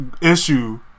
issue